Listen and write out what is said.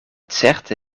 certe